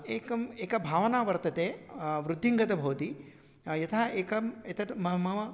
एकम् एका भावना वर्तते वृत्तिङ्गता भवति यथा एकं एतत् मः मम